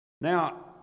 Now